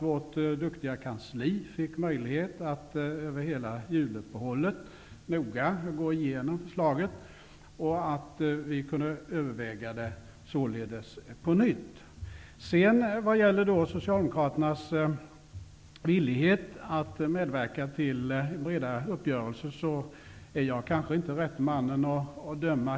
Vårt duktiga kansli fick möjlighet att under hela juluppehållet noga gå igenom förslaget. Vi kunde således överväga det på nytt. När det gäller Socialdemokraternas villighet att medverka till en bredare uppgörelse är jag kanske inte rätte mannen att döma.